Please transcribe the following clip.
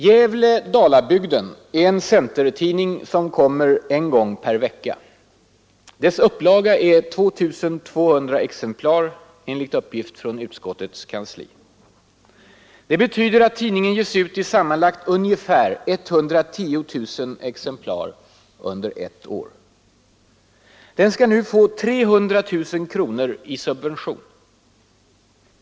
Gävle-Dalabygden är en centertidning som utkommer en gång per vecka. Dess upplaga är 2 200 exemplar, enligt uppgift från utskottets kansli. Det betyder att tidningen ges ut i sammanlagt ungefär 110 000 exemplar under ett år. Den skall nu få 300 000 kronor i Presstöd subvention.